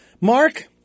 Mark